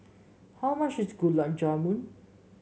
how much is Gulab Jamun